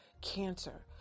cancer